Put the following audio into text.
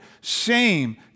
shame